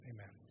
Amen